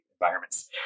environments